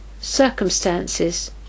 circumstances